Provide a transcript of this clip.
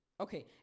Okay